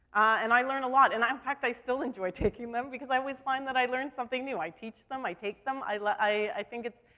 and i learned alot. and, in um fact, i still enjoy taking them because i always find that i learned something new. i teach them. i take them. i, like i think it's,